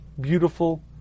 beautiful